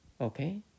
Okay